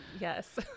yes